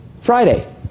Friday